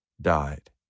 died